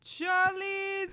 Charlie